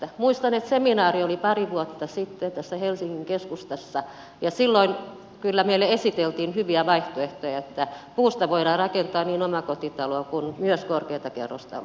muistan että seminaari oli pari vuotta sitten tässä helsingin keskustassa ja silloin kyllä meille esiteltiin hyviä vaihtoehtoja että puusta voidaan rakentaa niin omakotitaloja kuin myös korkeita kerrostaloasuntoja